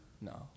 No